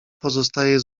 pozostaje